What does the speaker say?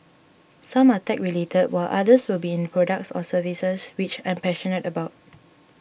some are tech related while others will be in products or services which I'm passionate about